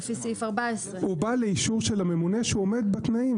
לפי סעיף 14. הוא בא לאישור של הממונה שהוא עומד בתנאים,